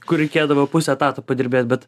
kur reikėdavo pusę etato padirbėt bet